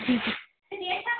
जी जी